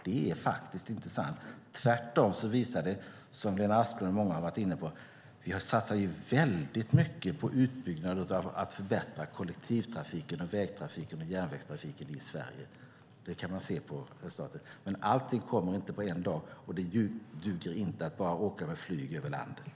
Det är inte sant, tvärtom visar det sig - vilket Lena Asplund och andra varit inne på - att regeringen satsar kraftigt på att förbättra kollektivtrafiken, vägtrafiken och järnvägstrafiken i Sverige. Dessa resultat kan vi se. Men allt sker inte på en dag, och det duger inte att bara åka flyg över landet.